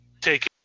take